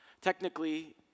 technically